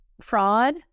fraud